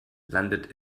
landet